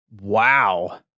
Wow